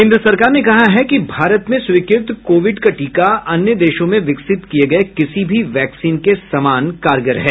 केन्द्र सरकार ने कहा है कि भारत में स्वीकृत कोविड का टीका अन्य देशों में विकसित किये गए किसी भी वैक्सीन के समान कारगर है